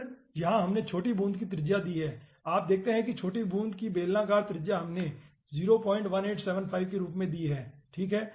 फिर यहाँ हमने छोटी बूंद की त्रिज्या दी है आप देखते हैं कि छोटी बूंद की बेलनाकार त्रिज्या हमने 0 1875 के रूप में दी है ठीक है